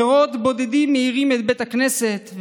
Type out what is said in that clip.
נרות בודדים מאירים את בית הכנסת,